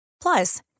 Plus